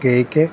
cake